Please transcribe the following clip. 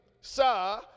sir